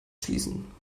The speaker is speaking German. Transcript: schließen